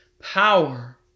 power